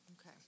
Okay